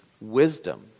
wisdom